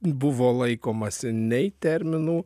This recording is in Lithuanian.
buvo laikomasi nei terminų